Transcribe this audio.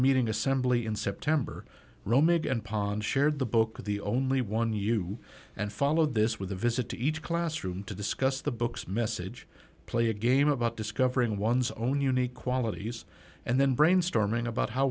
meeting assembly in september romig and ponds shared the book the only one you and followed this with a visit to each classroom to discuss the books message play a game about discovering one's own unique qualities and then brainstorming about how